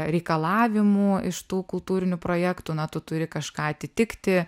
reikalavimų iš tų kultūrinių projektų na tu turi kažką atitikti